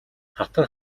хатан